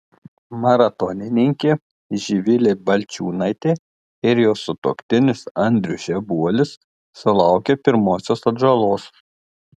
maratonininkė živilė balčiūnaitė ir jos sutuoktinis andrius žebuolis sulaukė pirmosios atžalos